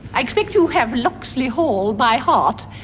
i expect you have locksley hall by heart,